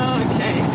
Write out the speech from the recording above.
okay